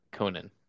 Conan